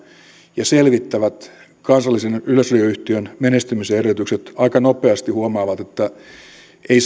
ja selvittävät kansallisen yleisradioyhtiön menestymisen edellytykset aika nopeasti huomaavat että ei